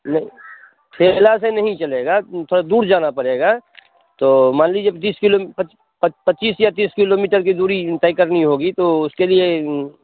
hello ठेले से नहीं चलेगा थोड़ा दूर जाना पड़ेगा तो मान लीजिए बीस किलोम पच्चीस किलोमीटर पच्चीस या तीस किलोमीटर की दूरी तय करनी होगी तो उसके लिए